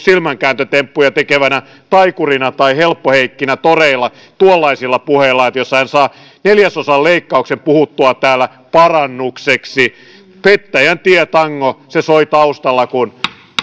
silmänkääntötemppuja tekevänä taikurina tai helppoheikkinä toreilla tuollaisilla puheilla jos hän saa neljäsosan leikkauksen puhuttua täällä parannukseksi pettäjän tie tango se soi taustalla kun